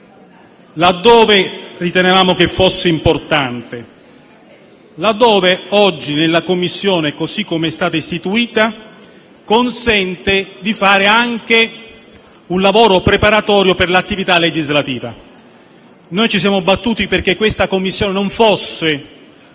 laddove ritenevamo fosse importante e laddove oggi nella Commissione, così come è stata istituita, consente di fare anche un lavoro preparatorio per l'attività legislativa. Ci siamo battuti affinché la Commissione non fosse